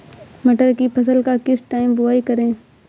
मटर की फसल का किस टाइम बुवाई करें?